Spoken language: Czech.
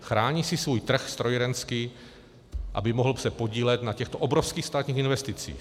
Chrání si svůj strojírenský trh, aby se mohl podílet na těchto obrovských státních investicích.